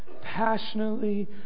passionately